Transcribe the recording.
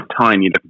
tiny